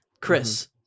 Chris